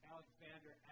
Alexander